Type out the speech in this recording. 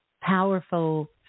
powerful